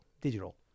Digital